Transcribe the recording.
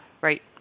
right